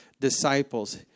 disciples